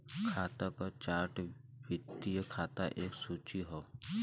खाता क चार्ट वित्तीय खाता क एक सूची हौ